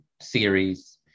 series